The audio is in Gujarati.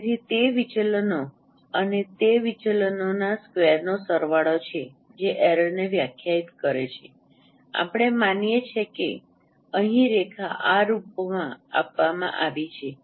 તેથી તે વિચલનો અને તે વિચલનોના સ્ક્વેરનો સરવાળો છે જે એરરને વ્યાખ્યાયિત કરે છે આપણે માનીએ છીએ કે અહીં રેખા આ રૂપમાં આપવામાં આવી છે